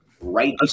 right